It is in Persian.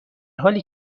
حالی